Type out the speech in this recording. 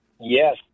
Yes